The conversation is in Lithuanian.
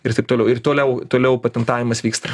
ir taip toliau ir toliau toliau patentavimas vyksta